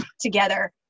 together